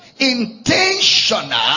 Intentional